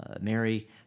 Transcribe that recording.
Mary